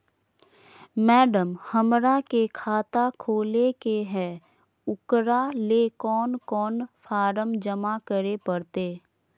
Madam, हमरा के खाता खोले के है उकरा ले कौन कौन फारम जमा करे परते?